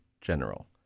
general